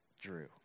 Drew